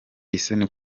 isoni